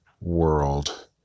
world